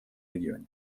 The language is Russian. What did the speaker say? регионе